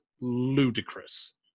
ludicrous